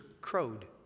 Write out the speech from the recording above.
crowed